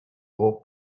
more